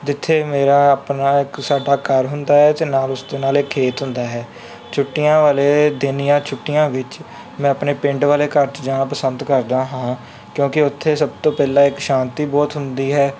ਜਿੱਥੇ ਮੇਰਾ ਆਪਣਾ ਇੱਕ ਸਾਡਾ ਘਰ ਹੁੰਦਾ ਹੈ ਅਤੇ ਨਾਲ ਉਸ ਅਤੇ ਨਾਲ ਇਹ ਖੇਤ ਹੁੰਦਾ ਹੈ ਛੁੱਟੀਆਂ ਵਾਲੇ ਦਿਨ ਜਾਂ ਛੁੱਟੀਆਂ ਵਿੱਚ ਮੈਂ ਆਪਣੇ ਪਿੰਡ ਵਾਲੇ ਘਰ 'ਚ ਜਾਣਾ ਪਸੰਦ ਕਰਦਾ ਹਾਂ ਕਿਉਂਕਿ ਉੱਥੇ ਸਭ ਤੋਂ ਪਹਿਲਾਂ ਇੱਕ ਸ਼ਾਂਤੀ ਬਹੁਤ ਹੁੰਦੀ ਹੈ